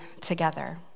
together